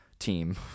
team